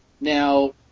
Now